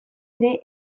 ere